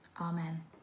Amen